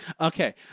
Okay